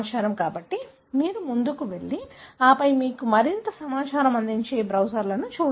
కాబట్టి మీరు ముందుకి వెళ్లి ఆపై మీకు మరింత సమాచారం అందించే ఈ బ్రౌజర్లను చూడండి